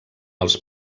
els